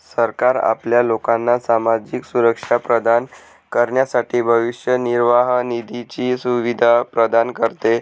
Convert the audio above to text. सरकार आपल्या लोकांना सामाजिक सुरक्षा प्रदान करण्यासाठी भविष्य निर्वाह निधीची सुविधा प्रदान करते